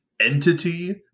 entity